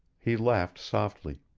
he laughed softly.